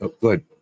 good